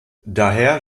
daher